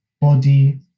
body